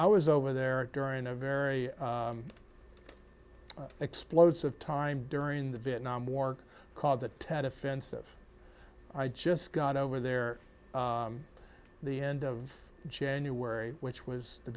i was over there during a very explodes of time during the vietnam war called the tet offensive i just got over there the end of january which was the